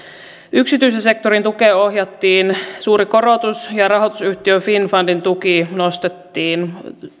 yksityisen sektorin tukeen ohjattiin suuri korotus ja rahoitusyhtiö finnfundin tukea nostettiin